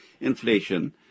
inflation